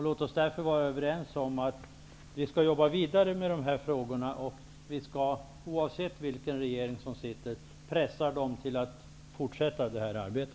Låt oss vara överens om att vi skall jobba vidare med dessa frågor och oavsett vilken regering som sitter pressa den till att fortsätta detta arbete.